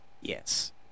Yes